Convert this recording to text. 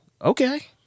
Okay